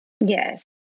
Yes